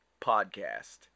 podcast